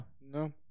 no